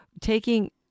Taking